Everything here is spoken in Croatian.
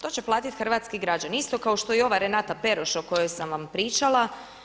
To će platiti hrvatski građani, isto kao što i ova Renata Peroš o kojoj sam vam pričala.